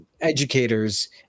educators